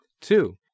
Two